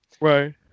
Right